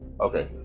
Okay